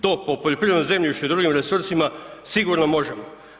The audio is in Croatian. To po poljoprivredno zemljište i drugim resursima sigurno možemo.